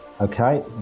okay